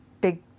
big